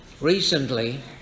Recently